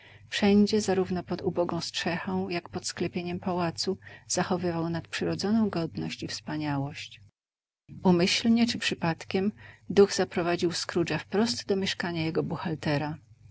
wszędzie zarówno pod ubogą strzechą jak pod sklepieniem pałacu zachowywał nadprzyrodzoną godność i wspaniałość umyślnie czy przypadkiem duch zaprowadził scroogea wprost do mieszkania jego buchaltera